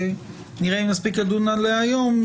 שנראה אם נספיק לדון עליה היום,